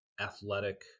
athletic